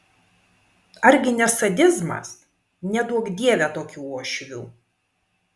ar gi ne sadizmas neduok dieve tokių uošvių